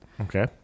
Okay